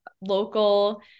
local